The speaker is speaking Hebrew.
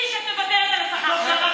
אל, לא.